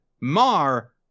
Mar